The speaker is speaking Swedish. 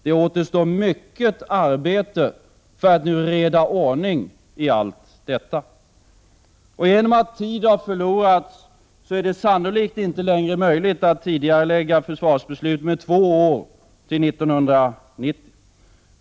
Det återstår mycket arbete med att reda ordning i allt detta. Genomatt tid förlorats är det sannolikt inte längre möjligt att tidigarelägga försvarsbeslutet med två år till 1990.